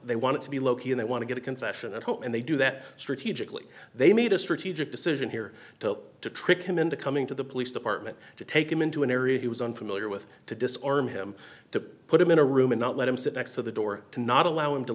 they want to be lowkey and i want to get a confession at home and they do that strategically they made a strategic decision here to trick him into coming to the police department to take him into an area he was unfamiliar with to disarm him to put him in a room and not let him sit next to the door to not allow him to